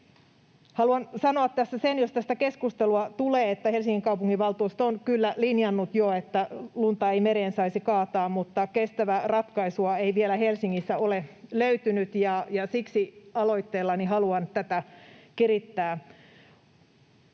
tulee, että Helsingin kaupunginvaltuusto on kyllä linjannut jo, että lunta ei mereen saisi kaataa, mutta kestävää ratkaisua ei vielä Helsingissä ole löytynyt. Siksi aloitteellani haluan tätä kirittää.